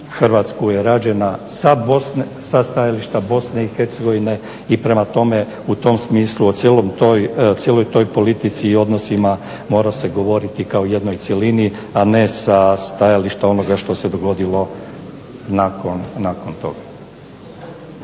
Hrvatsku je rađena sa stajalište Bosne i Hercegovine i prema tome, u tom smislu, o cijeloj toj politici i odnosima mora se govoriti kao jednoj cjelini, a ne sa stajališta onoga što se dogodilo nakon toga.